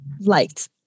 liked